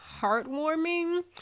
heartwarming